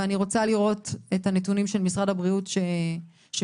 ואני רוצה לראות את הנתונים שמשרד הבריאות מציג.